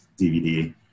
DVD